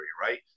right